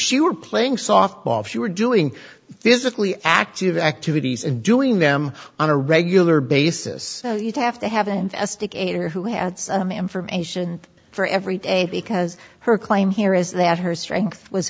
she were playing softball if she were doing physically active activities and doing them on a regular basis you'd have to have an investigator who had some information for every day because her claim here is that her strength was